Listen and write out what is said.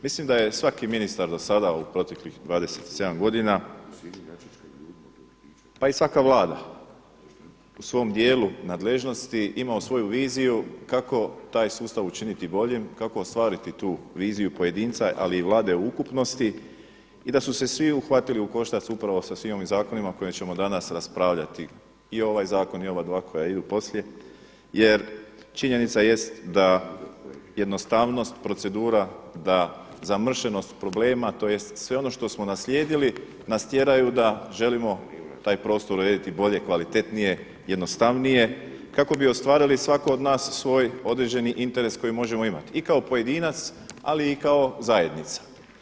Mislim da je svaki ministar do sada u proteklih 27 godina pa i svaka vlada u svom dijelu nadležnosti imao svoju viziju kako taj sustav učiniti boljim kako ostvariti tu viziju pojedinca ali i vlada u ukupnosti i da su se svi uhvatili u koštac upravo sa svim ovim zakonima koje ćemo danas raspravljati i ovaj zakon i ova dva koja idu poslije jer činjenica jest da jednostavnost procedura, da zamršenost problema tj. sve ono što smo naslijedili nas tjeraju da želimo taj prostor urediti bolje, kvalitetnije, jednostavnije kako bi ostvarili svako od nas svoj određeni interes koji možemo imati i kao pojedinac, ali i kao zajednica.